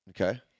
Okay